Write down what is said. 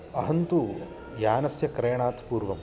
अहं तु यानस्य क्रयणात् पूर्वं